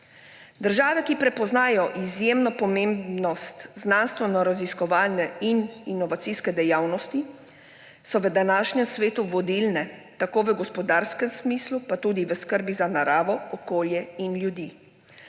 Države, ki prepoznajo izjemno pomembnost znanstvenoraziskovalne in inovacijske dejavnosti, so v današnjem svetu vodilne tako v gospodarskem smislu kot tudi v skrbi za naravo, okolje in ljudi.